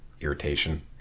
irritation